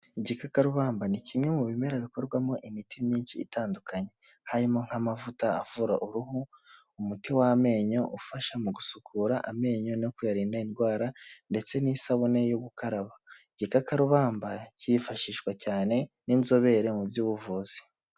Igikakarubamba ni kimwe mu bimera bikorwamo imiti myinshi itandukanye, harimo nk'amavuta avura uruhu, umuti w'amenyo ufasha mu gusukura amenyo no kuyarinda indwara ndetse n'isabune yo gukaraba, igikakarubamba cyifashishwa cyane n'inzobere mu by'ubuvuzi.